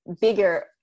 bigger